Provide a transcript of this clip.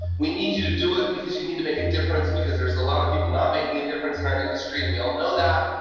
we need you to do it because you need to make a difference because there's a lot of people not making a difference in our industry. and we all know that.